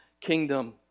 kingdom